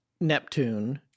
Neptune